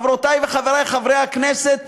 חברותי וחברי חברי הכנסת,